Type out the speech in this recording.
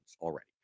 already